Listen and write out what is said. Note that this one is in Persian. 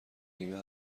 نیمه